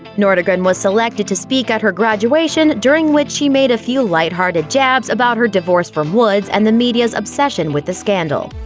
nordegren was selected to speak at her graduation, during which she made a few lighthearted jabs about her divorce from woods and the media's obsession with the scandal.